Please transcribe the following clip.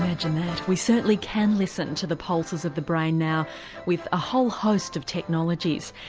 imagine that. we certainly can listen to the pulses of the brain now with a whole host of technologies.